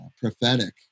prophetic